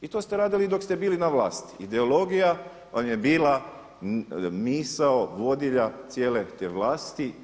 I to ste radili i dok ste bili na vlasti, ideologija vam je bila misao vodilja cijele te vlasti.